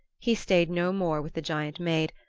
he stayed no more with the giant maid,